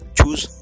choose